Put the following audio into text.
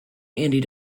andy